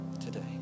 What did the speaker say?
today